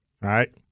right